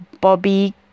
Bobby